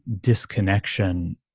disconnection